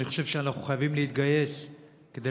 אני חושב שאנחנו חייבים להתגייס כדי